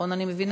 נכון אני מבינה?